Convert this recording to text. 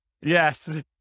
yes